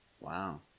Wow